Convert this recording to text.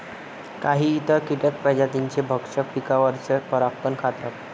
काही इतर कीटक प्रजातींचे भक्षक पिकांवरचे परागकण खातात